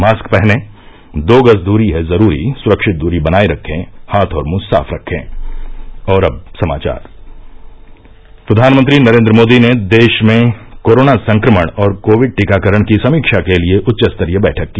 mask पहनें दो गज दूरी है जरूरी सुरक्षित दूरी बनाये रखें हाथ और मुंह साफ रखे प्रधानमंत्री नरेन्द्र मोदी ने देश में कोरोना संक्रमण और कोविड टीकाकरण की समीक्षा के लिए उच्चस्तरीय बैठक की